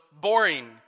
boring